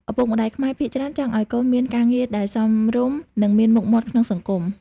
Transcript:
ឪពុកម្តាយខ្មែរភាគច្រើនចង់ឱ្យកូនមានការងារដែល "សមរម្យ" និង "មានមុខមាត់" ក្នុងសង្គម។